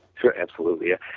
sure, absolutely yeah.